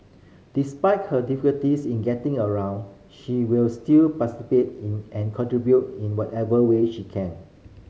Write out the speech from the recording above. despite her difficulties in getting around she will still participate in and contribute in whatever way she can